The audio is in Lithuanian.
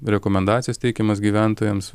rekomendacijas teikiamas gyventojams